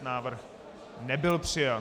Návrh nebyl přijat.